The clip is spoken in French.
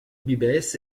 vives